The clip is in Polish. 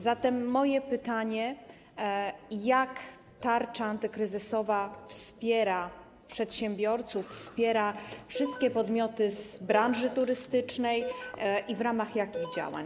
Zatem moje pytanie: Jak tarcza antykryzysowa wspiera przedsiębiorców, wspiera wszystkie podmioty z branży turystycznej i w ramach jakich działań?